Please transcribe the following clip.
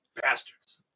Bastards